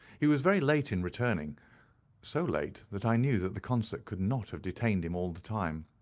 he was very late in returning so late, that i knew that the concert could not have detained him all the time.